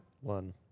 One